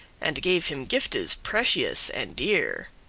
and gave him giftes precious and dear.